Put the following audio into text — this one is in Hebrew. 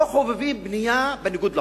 לא חובבים בנייה בניגוד לחוק,